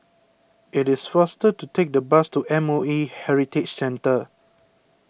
it is faster to take the bus to M O A Heritage Centre